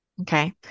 Okay